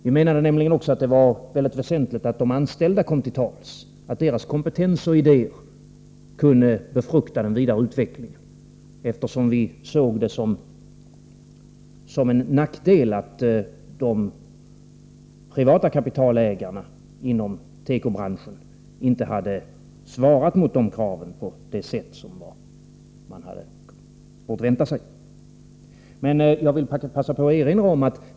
Vi menade också att det var mycket väsentligt att de anställda kom till tals, att deras kompetens och idéer kunde befrukta den vidare utvecklingen, eftersom vi såg det som en nackdel att de privata kapitalägarna inom tekobranschen inte hade svarat mot sådana krav på det sätt som man borde ha kunnat förvänta sig.